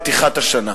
מתיחת השנה.